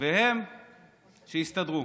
והם, שיסתדרו.